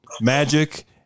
Magic